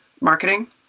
marketing